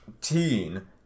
teen